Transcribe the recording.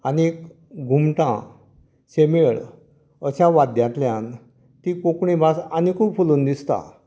आनीक घुमटां शेमेळ अश्या वाद्द्यांतल्यान ती कोंकणी भास आनीक खूब फुलून दिसता